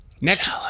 Next